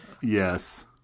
Yes